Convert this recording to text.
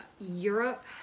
Europe